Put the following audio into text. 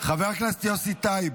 חבר הכנסת יוסי טייב,